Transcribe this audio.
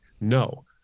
No